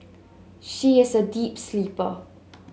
she is a deep sleeper